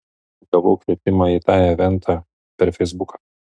gavau kvietimą į tą eventą per feisbuką